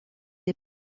des